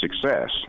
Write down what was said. success